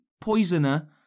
poisoner